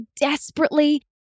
desperately